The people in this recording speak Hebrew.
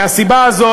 מהסיבה הזאת,